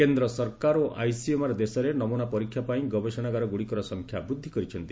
କେନ୍ଦ୍ର ସରକାର ଓ ଆଇସିଏମ୍ଆର୍ ଦେଶରେ ନମ୍ଭନା ପରୀକ୍ଷା ପାଇଁ ଗବେଷଣାଗାର ଗୁଡ଼ିକର ସଂଖ୍ୟା ବୃଦ୍ଧି କରିଛନ୍ତି